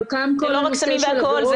זה לא רק סמים ואלכוהול,